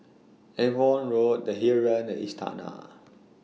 Avon Road The Heeren and Istana